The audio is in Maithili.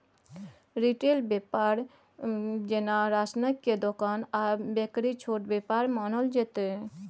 रिटेल बेपार जेना राशनक दोकान आ बेकरी छोट बेपार मानल जेतै